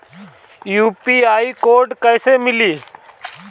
UPI code कैसे मिली?